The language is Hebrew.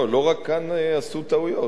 לא, לא רק כאן עשו טעויות.